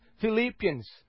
Philippians